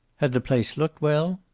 had the place looked well?